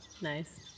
nice